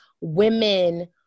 women